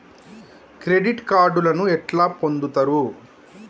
Credit కార్డులను ఎట్లా పొందుతరు?